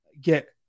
get